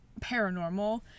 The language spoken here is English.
paranormal